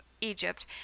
Egypt